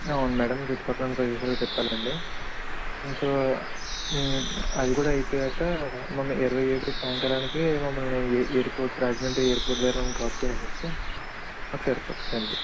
అవును మ్యాడం చుట్టుపక్కల ఉన్న ప్రదేశాలన్నీ తిప్పాలండి ఇంకా అవి కూడా అయిపోయాక మమ్మల్ని ఇరవై ఏడు సాయంకాలంకి మమ్మల్ని ఏర్పోర్ట్ రాజమండ్రి ఎయిర్పోర్ట్ దగ్గర మమ్మల్ని డ్రాప్ చేసేస్తే మాకు సరిపోతదండి